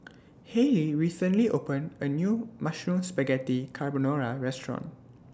Hayley recently opened A New Mushroom Spaghetti Carbonara Restaurant